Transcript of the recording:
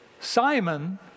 Simon